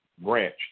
branch